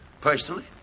personally